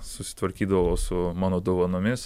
susitvarkydavo su mano dovanomis